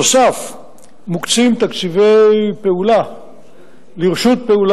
נוסף על כך מוקצים תקציבי פעולה לפעולה